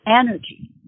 energy